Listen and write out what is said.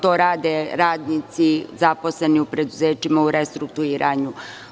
To rade radnici zaposleni u preduzećima u restrukturiranju.